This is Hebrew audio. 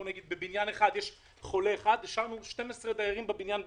בבניין אחד יש חולה אחד השארנו בבית 12 דיירים בבניין.